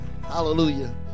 Hallelujah